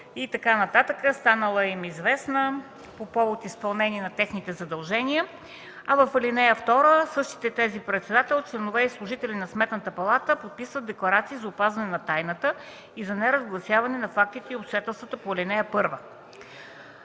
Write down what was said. и така нататък, станала им известна по повод изпълнение на техните задължения. В ал. 2 същите тези – „Председател, членове и служители на Сметната палата подписват декларация за опазване на тайната и за неразгласяване на фактите и обстоятелствата по ал.